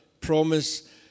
promise